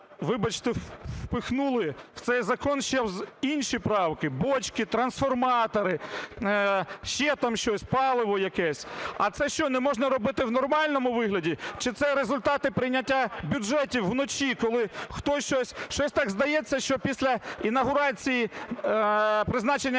вибачте, впихнули в цей закон ще інші правки: бочки, трансформатори, ще там щось там, паливо якесь? А це що, не можна робити в нормальному вигляді? Чи це результати прийняття бюджету вночі, коли хтось щось… Щось так здається, що після інавгурації, призначення